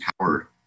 power